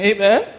Amen